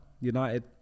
United